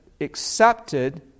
accepted